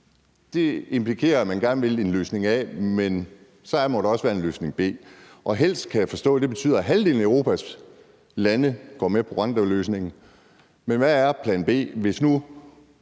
helst implicerer, at man gerne vil en løsning A, men så må der også være en løsning B. Jeg kan forstå, at helst her betyder, at halvdelen af Europas lande går med på Rwandaløsningen, men hvad er plan B? Hvad nu,